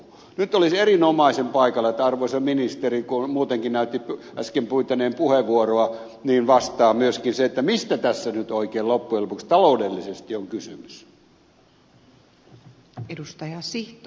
nyt olisi erinomaisen paikallaan että arvoisa ministeri kun muutenkin näytti äsken pyytäneen puheenvuoroa vastaa myöskin siihen mistä tässä nyt oikein loppujen lopuksi taloudellisesti on kysymys